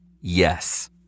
yes